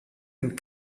and